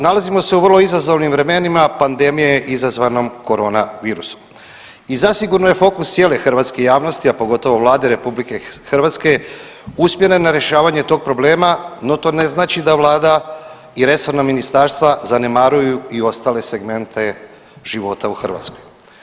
Nalazimo se u vrlo izazovnim vremenima pandemije izazvanom koronavirusom i zasigurno je fokus cijele hrvatske javnosti, a pogotovo Vlade RH usmjeren na rješavanje tog problema, no to ne znači da vlada i resorna ministarstva zanemaruju i ostale segmente života u Hrvatskoj.